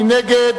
מי נגד?